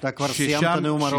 אתה כבר סיימת נאום ארוך.